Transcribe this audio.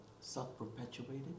self-perpetuated